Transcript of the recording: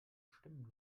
stimmen